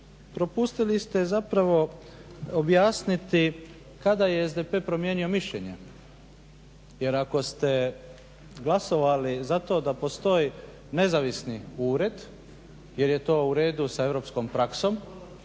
propustili ste zapravo objasniti kada je SDP promijenilo mišljenje. Jer ako ste glasovali za to da postoji nezavisni ured, jer je to u redu sa europskom praksom,